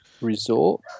Resort